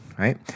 Right